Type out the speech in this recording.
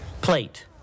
plate